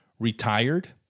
retired